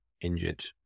injured